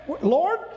Lord